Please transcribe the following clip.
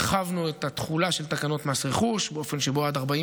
הרחבנו את התחולה של תקנות מס רכוש באופן שבו עד 40